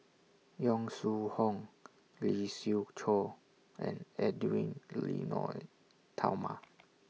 Yong Shu Hoong Lee Siew Choh and Edwy Lyonet Talma